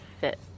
fit